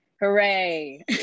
Hooray